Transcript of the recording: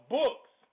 books